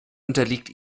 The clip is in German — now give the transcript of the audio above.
unterliegt